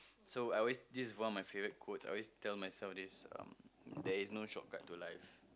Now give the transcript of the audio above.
so I'll always this is one of my favorite quotes I always tell myself this um there is no shortcut to life